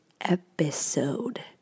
episode